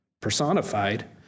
personified